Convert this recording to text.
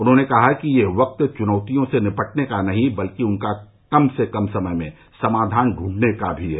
उन्होंने कहा कि यह वक्त सिर्फ चुनौतियों से निपटने का नहीं है बल्कि उनका कम से कम समय में समाधान ढूंढने का भी है